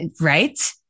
right